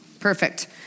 Perfect